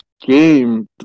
game